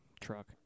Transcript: truck